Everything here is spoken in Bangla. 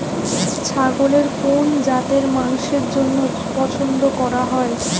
ছাগলের কোন জাতের মাংসের জন্য পছন্দ করা হয়?